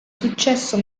successo